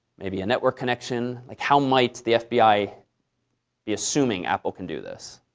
maybe a network connection. like how might the fbi be assuming apple can do this?